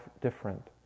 different